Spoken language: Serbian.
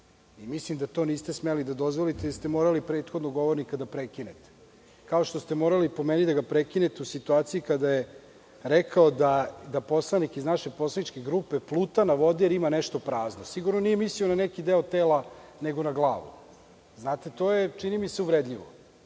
udela. Mislim da to niste smeli da dozvolite i da ste morali prethodnog govornika da prekinete, kao što ste morali, po meni, da ga prekinete u situaciji kada je rekao da poslanik iz naše poslaničke grupe pluta na vodi jer ima nešto prazno. Sigurno nije mislio na neki deo tela, nego na glavu. To je, čini mi se, uvredljivo.